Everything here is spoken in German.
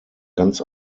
ganz